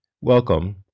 welcome